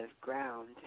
ground